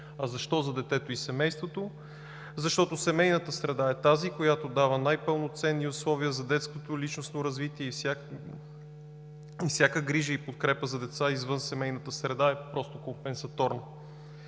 А защо за детето и семейството? Защото семейната среда е тази, която дава най-пълноценни условия за детското личностно развитие и всяка грижа и подкрепа за деца, извън семейната среда, е просто компенсаторна.